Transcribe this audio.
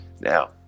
Now